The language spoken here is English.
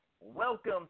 welcome